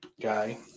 guy